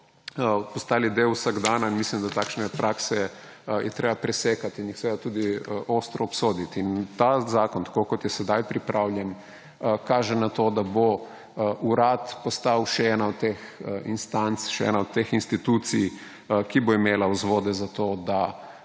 postali del vsakdana, in mislim, da je treba takšne prakse presekati in jih tudi ostro obsoditi. In ta zakon, tako kot je zdaj pripravljen, kaže na to, da bo Urad postal še ena od teh instanc, še ena od teh institucij, ki bo imela vzvode za to, da